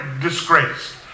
disgrace